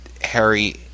Harry